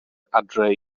adre